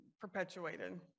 perpetuated